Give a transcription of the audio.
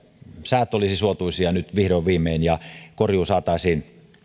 säät olisivat suotuisia nyt vihdoin viimein ja korjuu saataisiin